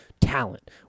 talent